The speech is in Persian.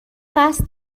قصد